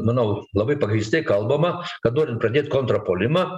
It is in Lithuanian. manau labai pagrįstai kalbama kad norint pradėt kontrpuolimą